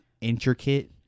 intricate